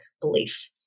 belief